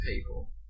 people